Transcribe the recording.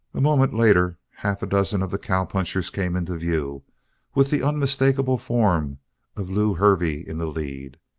a moment later half a dozen of the cowpunchers came into view with the unmistakable form of lew hervey in the lead.